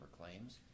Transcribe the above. claims